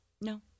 No